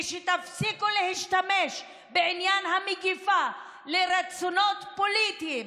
כשתפסיקו להשתמש בעניין המגפה לרצונות פוליטיים